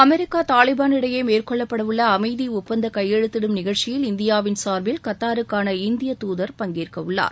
America Taliban இடையே மேற்கொள்ளப்படவுள்ள அமைதி ஒப்பந்த கையெழுத்திடும் நிகழ்ச்சியில் இந்தியாவின் சார்பில் கத்தாருக்கான இந்திய தூதர் பங்கேற்கவுள்ளார்